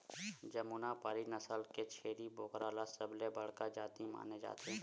जमुनापारी नसल के छेरी बोकरा ल सबले बड़का जाति माने जाथे